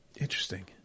Interesting